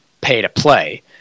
pay-to-play